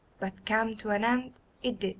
but come to an end it did,